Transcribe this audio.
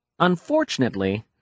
Unfortunately